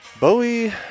Bowie